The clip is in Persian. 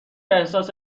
احساس